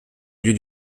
lieu